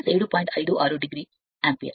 56 o ampere